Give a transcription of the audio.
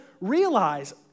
realize